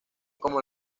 como